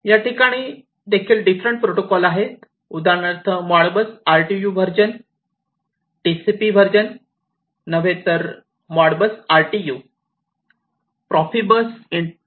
या ठिकाणी देखील डिफरंट प्रोटोकॉल आहे उदाहरणार्थ Modbus RTU version TCP version नव्हे तर मॉडबस RTU